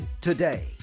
today